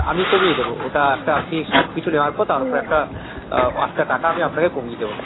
আমি কমিয়ে দেবো ওটা একটা আপনি সব কিছু নেওয়ার পর তার উপরে একটা একটা টাকা আমি আপনাকে কমিয়ে দেবো